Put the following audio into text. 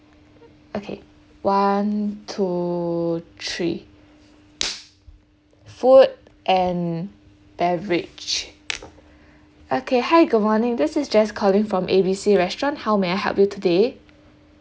okay one two three food and beverage okay hi good morning this is jess calling from A B C restaurant how may I help you today